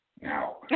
Now